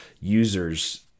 users